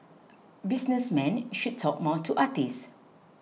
businessmen should talk more to artists